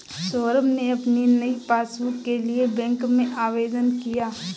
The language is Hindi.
सौरभ ने अपनी नई पासबुक के लिए बैंक में आवेदन किया